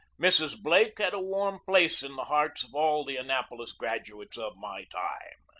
mrs. blake had a warm place in the hearts of all the an napolis graduates of my time.